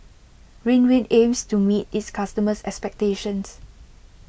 Ridwind aims to meet its customers' expectations